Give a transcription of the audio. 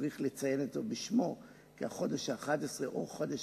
צריך לציין אותו בשמו, כי החודש ה-11 הוא או חודש